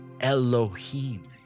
Elohim